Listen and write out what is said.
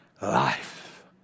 Life